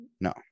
No